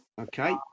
Okay